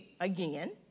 again